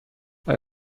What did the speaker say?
آیا